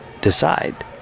decide